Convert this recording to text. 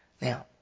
Now